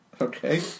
Okay